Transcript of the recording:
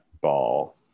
ball